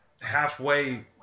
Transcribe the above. halfway